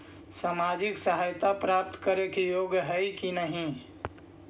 सामाजिक सहायता प्राप्त के योग्य हई कि नहीं?